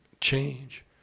change